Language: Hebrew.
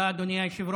תודה, אדוני היושב-ראש.